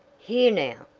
here, now!